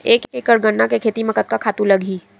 एक एकड़ गन्ना के खेती म कतका खातु लगही?